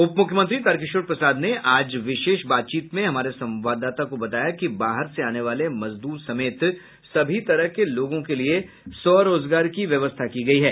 उप मुख्यमंत्री तारकिशोर प्रसाद ने हमारे संवाददाता से विशेष बातचीत में बताया कि बाहर से आने वाले मजदूर समेत सभी तरह के लोगों के लिए स्वरोजगार की व्यवस्था की गयी है